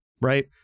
right